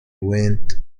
went